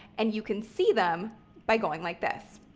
and you can see them by going like this,